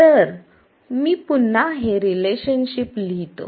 तर मी पुन्हा हे रिलेशनशिप लिहितो